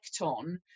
on